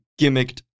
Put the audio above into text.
gimmicked